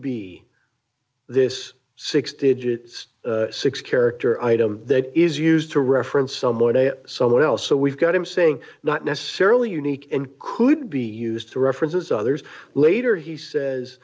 be this sixty aged six character item that is used to reference someone somewhere else so we've got him saying not necessarily unique and could be used to references others later he says